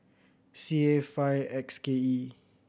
C A five X K E